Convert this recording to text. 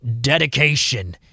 dedication